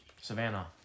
Savannah